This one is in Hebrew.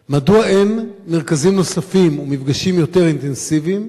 3. מדוע אין מרכזים נוספים ומפגשים יותר אינטנסיביים?